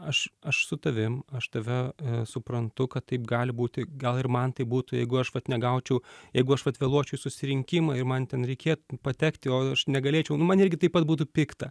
aš aš su tavim aš tave suprantu kad taip gali būti gal ir man tai būtų jeigu aš vat negaučiau jeigu aš vat vėluočiau į susirinkimą ir man ten reikėtų patekt o aš negalėčiau nu man irgi taip pat būtų pikta